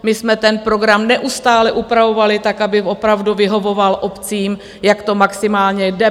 My jsme ten program neustále upravovali tak, aby opravdu vyhovoval obcím, jak to maximálně jde.